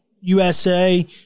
USA